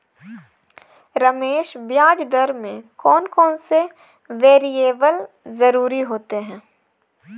रमेश ब्याज दर में कौन कौन से वेरिएबल जरूरी होते हैं?